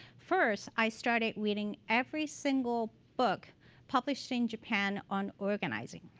first, i started reading every single book published in japan on organizing.